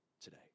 today